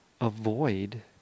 avoid